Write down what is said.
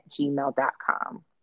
gmail.com